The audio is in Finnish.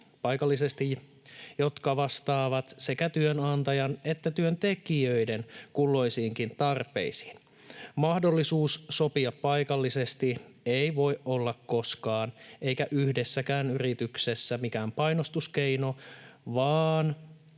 työehdoista, jotka vastaavat sekä työnantajan että työntekijöiden kulloisiinkin tarpeisiin. Mahdollisuus sopia paikallisesti ei voi olla koskaan eikä yhdessäkään yrityksessä mikään painostuskeino, vaan